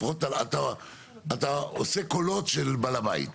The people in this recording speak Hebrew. אתה עושה קולות של בעל הבית,